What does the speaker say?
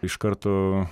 iš karto